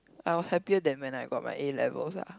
I was happier than when I got my A-level lah